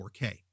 4k